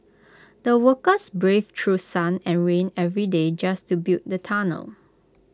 the workers braved through sun and rain every day just to build the tunnel